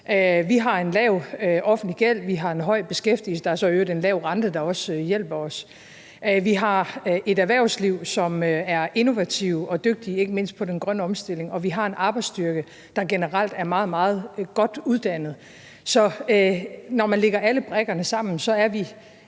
Vi har en lav offentlig gæld, vi har en høj beskæftigelse, og der er så i øvrigt en lav rente, der også hjælper os. Vi har et erhvervsliv, som er innovativt og dygtigt, ikke mindst i forhold til den grønne omstilling, og vi har en arbejdsstyrke, der generelt er meget, meget godt uddannet. Så når man lægger alle brikkerne sammen, er vi